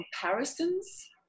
comparisons